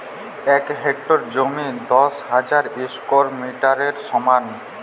এক হেক্টর জমি দশ হাজার স্কোয়ার মিটারের সমান